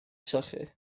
sychu